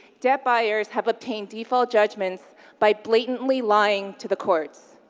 debt buyers have obtained default judgments by blatantly lying to the court.